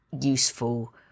useful